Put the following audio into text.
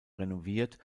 renoviert